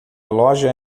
loja